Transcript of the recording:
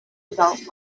adult